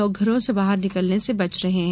लोग घरों से बाहर निकलने से बच रहे हैं